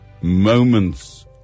moments